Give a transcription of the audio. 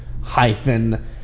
hyphen